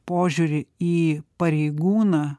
požiūrį į pareigūną